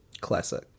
Classic